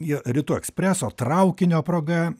į rytų ekspreso traukinio proga